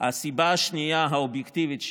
הסיבה השנייה האובייקטיבית,